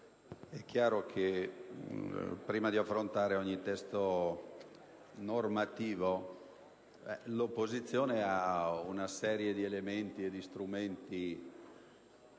è chiaro che nell'affrontare ogni testo normativo l'opposizione utilizza una serie di elementi e di strumenti